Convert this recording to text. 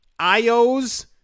iOS